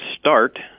start